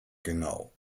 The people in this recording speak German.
genau